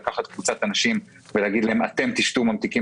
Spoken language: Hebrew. לקחת קבוצת אנשים ולהגיד להם: אתם תשתו ממתיקים